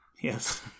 Yes